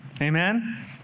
Amen